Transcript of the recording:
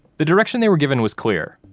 the direction they were given was clear,